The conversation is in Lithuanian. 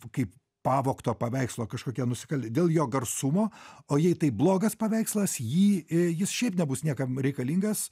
kaip pavogto paveikslo kažkokie nusikaltėliai dėl jo garsumo o jei tai blogas paveikslas jį jis šiaip nebus niekam reikalingas